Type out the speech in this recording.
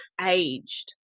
aged